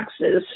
taxes